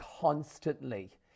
constantly